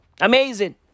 Amazing